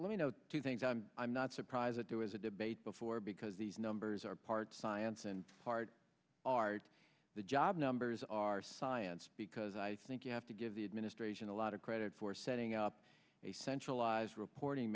let me know two things i'm i'm not surprised that there was a debate before because these numbers are part science and part art the job numbers are science because i think you have to give the administration a lot of credit for setting up a centralized reporting